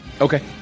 Okay